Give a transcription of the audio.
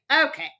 okay